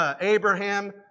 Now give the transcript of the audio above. Abraham